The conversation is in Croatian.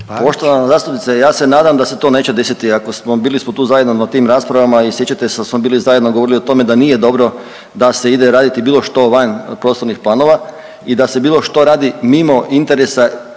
Poštovana zastupnice ja se nadam da se to neće desiti, ako smo, bili smo tu zajedno na tim raspravama i sjećate se da smo bili zajedno govorili o tome da nije dobro da se ide raditi bilo što van prostornih planova i da se bilo što radi mimo interesa